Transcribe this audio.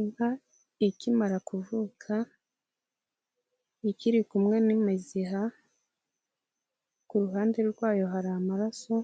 Inka ikimara kuvuka ikiri kumwe n'imiziha, ku ruhande rwayo hari amaraso,